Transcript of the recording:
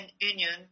Union